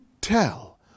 tell